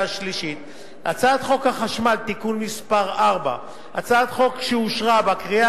השלישית את הצעת חוק החשמל (תיקון מס' 4). הצעת החוק אושרה בקריאה